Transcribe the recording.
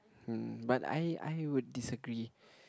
uh but I I would disagree